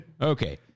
Okay